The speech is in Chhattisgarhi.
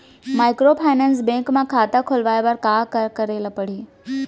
माइक्रोफाइनेंस बैंक म खाता खोलवाय बर का करे ल परही?